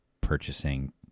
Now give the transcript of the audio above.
purchasing